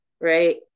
right